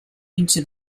into